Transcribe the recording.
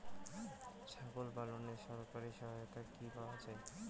ছাগল পালনে সরকারি সহায়তা কি পাওয়া যায়?